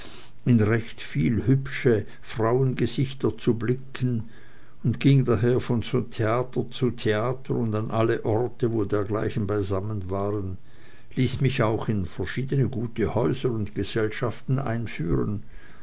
in recht viel hübsche frauengesichter zu blicken und ging daher von theater zu theater und an alle orte wo dergleichen beisammen waren ließ mich auch in verschiedene gute häuser und gesellschaften einführen